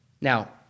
Now